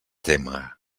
témer